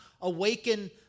awaken